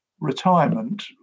retirement